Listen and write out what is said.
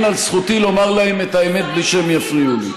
תגן על זכותי לומר להם את האמת בלי שהם יפריעו לי.